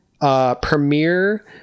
Premiere